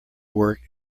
work